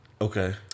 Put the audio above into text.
okay